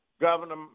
Governor